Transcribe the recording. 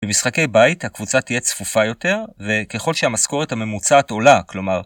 במשחקי בית הקבוצה תהיה צפופה יותר, וככל שהמשכורת הממוצעת עולה, כלומר